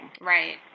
Right